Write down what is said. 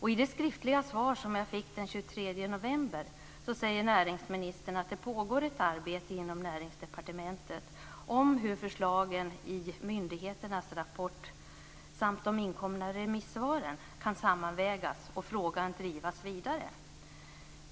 I det skriftliga svar som jag fick den 23 november säger näringsministern att det pågår ett arbete inom Näringsdepartementet om hur förslagen i myndigheternas rapport samt de inkomna remissvaren kan sammanvägas och frågan drivas vidare.